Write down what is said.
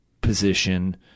position